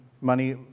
money